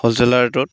হ'লচেলাৰ ৰেটত